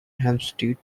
hampstead